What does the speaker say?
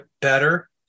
better